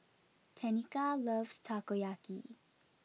Tenika loves Takoyaki